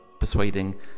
persuading